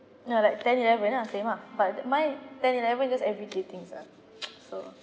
no like ten eleven ah same ah but my ten eleven just everyday things ah so